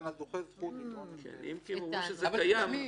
קיים תמיד.